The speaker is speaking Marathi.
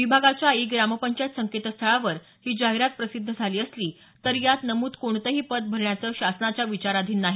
विभागाच्या ई ग्रामपंचायत संकेतस्थळावर ही जाहिरात प्रसिद्ध झाली असली तरी यात नमूद कोणतही पद भरण्याचं शासनाच्या विचाराधिन नाही